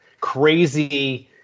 crazy